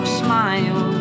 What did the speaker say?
smile